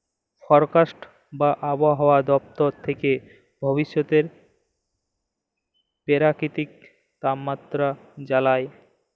forecast বা আবহাওয়া দপ্তর থ্যাকে ভবিষ্যতের পেরাকিতিক তাপমাত্রা জালায়